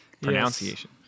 Pronunciation